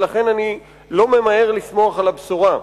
ולכן אני לא ממהר לשמוח על הבשורה.